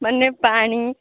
ମାନେ ପାଣି